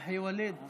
אדוני היושב-ראש,